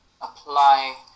apply